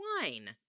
wine